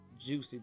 juicy